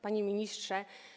Panie Ministrze!